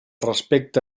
respecte